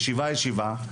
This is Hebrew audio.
ישיבה ישיבה,